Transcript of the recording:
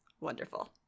Wonderful